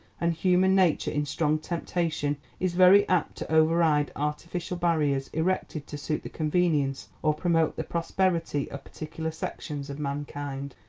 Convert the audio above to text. and human nature in strong temptation is very apt to override artificial barriers erected to suit the convenience or promote the prosperity of particular sections of mankind.